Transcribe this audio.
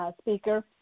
speaker